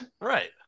Right